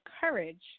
courage